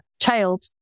child